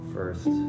First